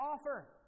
offer